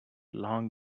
long